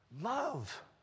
Love